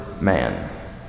man